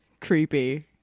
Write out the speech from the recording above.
creepy